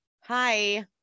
Hi